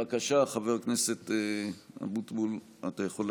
בבקשה, חבר הכנסת אבוטבול, אתה יכול להקריא,